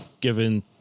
given